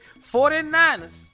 49ers